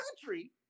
country